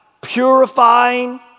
purifying